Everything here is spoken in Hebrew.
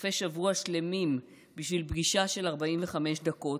לסופי שבוע שלמים בשביל פגישה של 45 דקות,